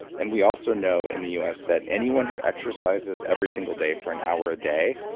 and we also know in the us that anyone who exercises every single day for an hour a day,